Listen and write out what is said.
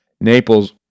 Naples